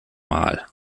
mal